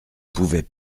pouvait